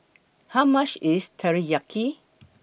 How much IS Teriyaki